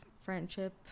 friendship